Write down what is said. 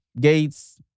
Gates